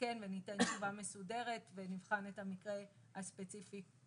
נבחן את המקרה הספציפי ונעדכן עם תשובה מסודרת.